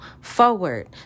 forward